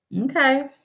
Okay